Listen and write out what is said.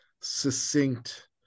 succinct